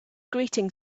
grating